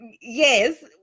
yes